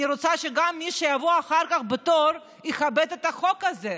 אני רוצה שגם מי שיבוא אחר כך בתור יכבד את החוק הזה,